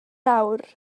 awr